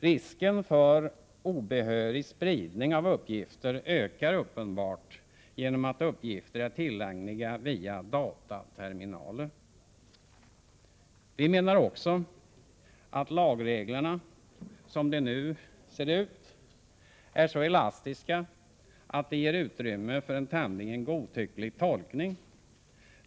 Risken för obehörig spridning av uppgifter ökar uppenbart genom att uppgifter är tillgängliga via dataterminaler. Vi menar också att lagreglerna som de nu ser ut är så elastiska att de ger utrymme för en tämligen godtycklig tolkning.